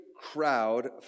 crowd